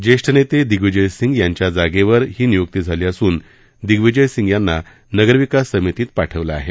ज्येष्ठ नेते दिग्वीजय सिंग यांच्या जागेवर ही नियुक्ती झाली असून दिग्वीजय सिंग यांना नगरविकास समितीत पाठवलं आहे